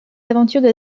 aventures